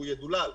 הוא ידולל,